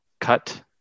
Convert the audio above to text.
cut